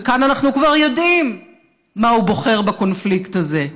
וכאן אנחנו כבר יודעים מה הוא בוחר בקונפליקט הזה: